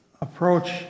approach